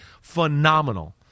phenomenal